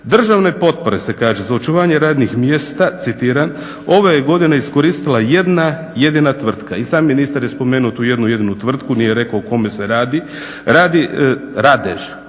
Državne potpore se kaže za očuvanje radnih mjesta, citiram, ove je godine iskoristila jedna jedina tvrtka. I sam ministar je spomenuo tu jednu jedinu tvrtku, nije rekao o kome se radi. …/Ne